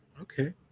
okay